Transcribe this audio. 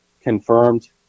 confirmed